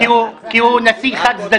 לא, כי הוא נשיא חד צדדי.